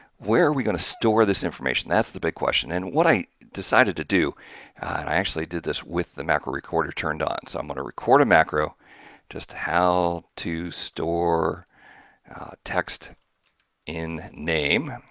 where are we going to store this information that's the big question and what i decided to do and i actually did this with the macro recorder turned on. so, i'm going to record a macro just how to store text in name,